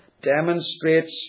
demonstrates